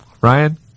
Ryan